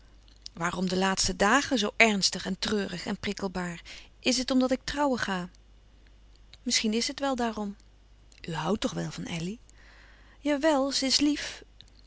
waarom de laatste dagen zoo ernstig en treurig en prikkelbaar is het omdat ik trouwen ga misschien is het wel daarom u houdt toch wel van elly ja wel ze is lief